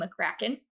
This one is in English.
McCracken